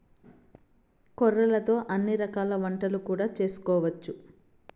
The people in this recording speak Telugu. కొర్రలతో అన్ని రకాల వంటలు కూడా చేసుకోవచ్చు